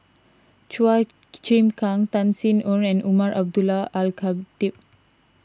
Chua Chim Kang Tan Sin Aun and Umar Abdullah Al Khatib